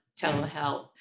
telehealth